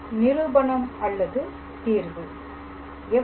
நிரூபணம்அல்லது தீர்வு